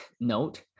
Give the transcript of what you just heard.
note